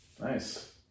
Nice